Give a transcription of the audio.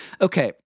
Okay